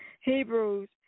Hebrews